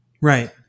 Right